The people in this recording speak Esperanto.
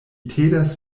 tedas